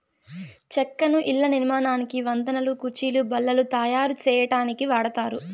చెక్కను ఇళ్ళ నిర్మాణానికి, వంతెనలు, కుర్చీలు, బల్లలు తాయారు సేయటానికి వాడతారు